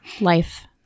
life